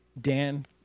Dan